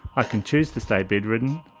i can choose to stay bedridden,